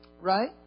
right